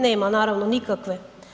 Nema naravno nikakve.